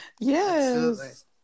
Yes